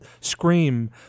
Scream